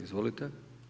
Izvolite.